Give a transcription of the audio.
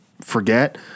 forget